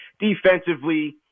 defensively